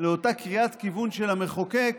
לאותה קריאת כיוון של המחוקק